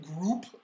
group